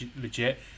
legit